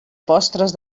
postres